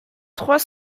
trois